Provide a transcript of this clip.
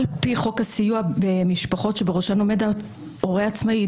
על פי חוק הסיוע למשפחות שבראשן עומד הורה עצמאי,